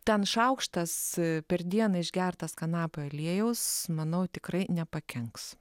ten šaukštas per dieną išgertas kanapių aliejaus manau tikrai nepakenks